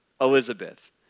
Elizabeth